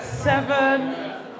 Seven